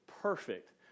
perfect